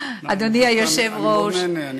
אדוני היושב-ראש, אני מאוד נהנה.